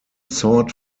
sort